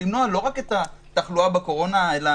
לא רק את התחלואה בקורונה אלא,